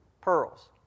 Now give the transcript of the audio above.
pearls